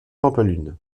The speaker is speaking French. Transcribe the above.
pampelune